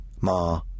Ma